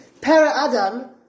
para-Adam